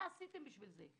מה עשיתם בשביל זה?